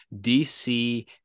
DC